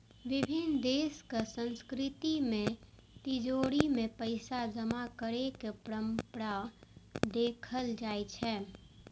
विभिन्न देशक संस्कृति मे तिजौरी मे पैसा जमा करै के परंपरा देखल जाइ छै